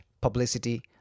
publicity